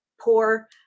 poor